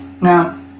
now